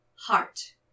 heart